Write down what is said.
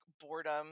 boredom